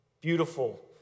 Beautiful